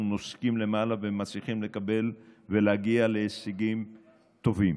נוסקים למעלה ומצליחים לקבל ולהגיע להישגים טובים.